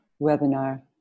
webinar